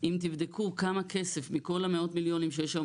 אם תבדקו כמה כסף מכל המאות מיליונים שיש היום